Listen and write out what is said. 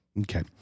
Okay